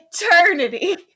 Eternity